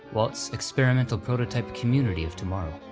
walt's experimental prototype community of tomorrow.